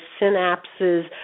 synapses